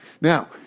Now